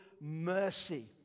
mercy